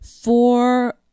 four